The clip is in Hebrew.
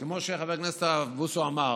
כמו שחבר הכנסת הרב בוסו אמר,